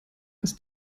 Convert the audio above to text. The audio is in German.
ist